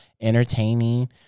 entertaining